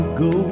go